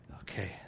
Okay